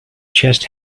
chest